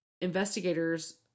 investigators